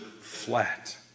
flat